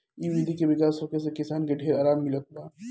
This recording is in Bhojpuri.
ए विधि के विकास होखे से किसान के ढेर आराम मिलल बा